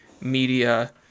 media